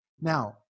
Now